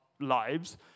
lives